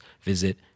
visit